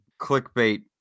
clickbait